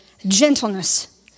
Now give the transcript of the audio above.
Gentleness